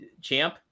champ